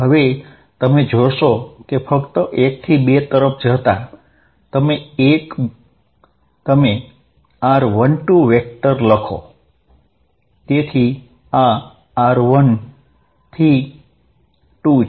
હવે તમે જોશો કે ફક્ત 1 થી 2 જતાં તમે r12 વેક્ટર લખો તેથી આ r 1 થી 2 છે